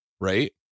right